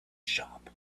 shop